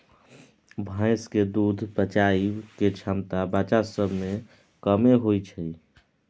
भैंस के दूध पचाबइ के क्षमता बच्चा सब में कम्मे होइ छइ